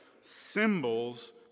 symbols